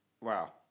wow